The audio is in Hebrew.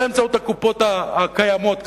באמצעות הקופות הקיימות,